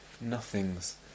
nothings